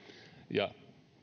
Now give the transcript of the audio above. ja